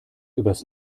übers